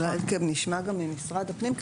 אולי נשמע גם ממשרד הפנים,